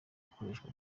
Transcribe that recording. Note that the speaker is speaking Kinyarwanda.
ikoreshwa